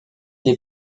les